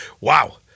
Wow